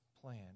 plan